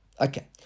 Okay